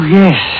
yes